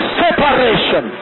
separation